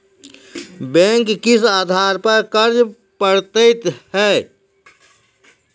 Bank किस आधार पर कर्ज पड़तैत हैं?